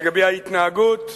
לגבי ההתנהגות,